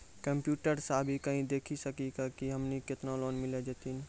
Computer सा भी कही देख सकी का की हमनी के केतना लोन मिल जैतिन?